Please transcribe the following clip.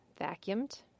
vacuumed